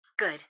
Good